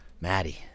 Maddie